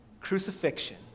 crucifixion